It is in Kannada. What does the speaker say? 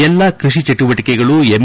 ಎಲ್ಲಾ ಕೃಷಿ ಚಟುವಟಿಕೆಗಳು ಎಂ